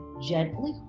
Gently